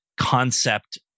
concept